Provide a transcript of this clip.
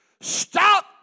Stop